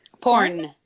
Porn